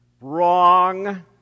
wrong